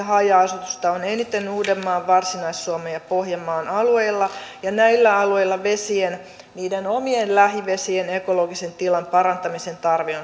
haja asutusta on eniten uudenmaan varsinais suomen ja pohjanmaan alueilla ja näillä alueilla vesien niiden omien lähivesien ekologisen tilan parantamisen tarve